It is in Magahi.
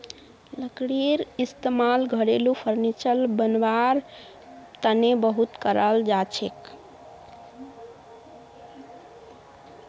लकड़ीर इस्तेमाल घरेलू फर्नीचर बनव्वार तने बहुत कराल जाछेक